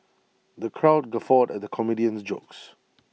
the crowd guffawed at the comedian's jokes